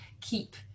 keep